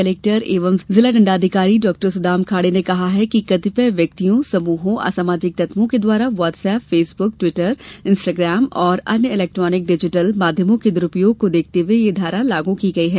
collector एवं जिला दण्डाधिकारी डॉ सुदाम खाड़े ने कहा कि कतिपय व्यक्तियों समूहों असामाजिक तत्वों के द्वारा व्हाटसएप फेसबुक ट्विटर इंस्टाग्राम तथा अन्य इलेक्ट्रानिक डिजिटल माध्यमों के दुरूपयोग को देखते हुए यह धारा लागू की गई है